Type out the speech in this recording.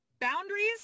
boundaries